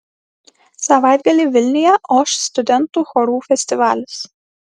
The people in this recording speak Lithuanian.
savaitgalį vilniuje oš studentų chorų festivalis